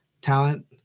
talent